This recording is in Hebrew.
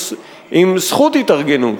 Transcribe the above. עם זכות התארגנות,